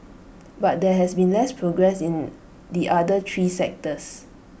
but there has been less progress in the other three sectors